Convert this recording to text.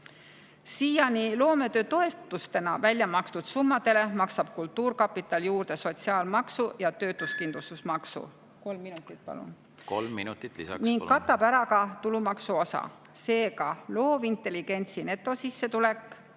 Siiani loometöötoetusena välja makstud summadele maksab kultuurkapital juurde sotsiaalmaksu ja töötuskindlustusmaksu … Kolm minutit, palun! Kolm minutit lisaks, palun! … ning katab ära ka tulumaksu osa. Seega loovintelligentsi netosissetulek,